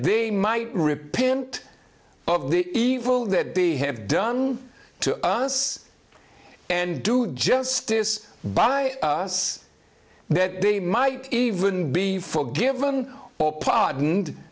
they might repent of the evil that they have done to us and do justice by us that they might even be forgiven or pardoned